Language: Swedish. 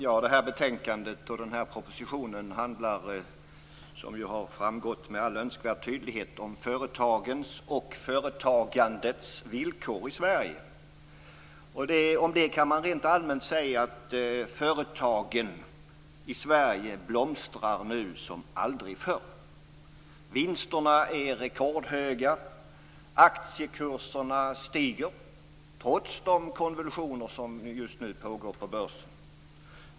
Herr talman! Betänkandet och propositionen handlar - som har framgått med all önskvärd tydlighet Rent allmänt kan man säga att företagen i Sverige blomstrar nu som aldrig förr. Vinsterna är rekordhöga, aktiekurserna stiger - trots de konvulsioner som just nu pågår på börsen.